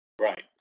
right